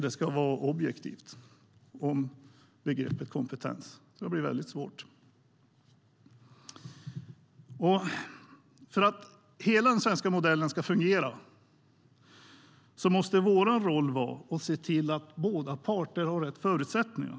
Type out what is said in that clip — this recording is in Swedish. Det ska vara objektivt när det gäller begreppet kompetens. Då blir det väldigt svårt. För att hela den svenska modellen ska fungera måste vår roll vara att se till att båda parter har rätt förutsättningar.